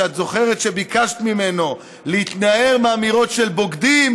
שאת זוכרת שביקשת ממנו להתנער מאמירות של בוגדים,